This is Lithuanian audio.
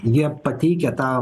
jie pateikė tą